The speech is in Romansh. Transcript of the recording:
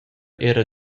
era